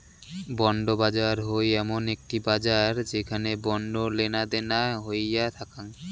bond বাজার হই এমন একটি বাজার যেখানে বন্ড লেনাদেনা হইয়া থাকাং